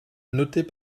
notez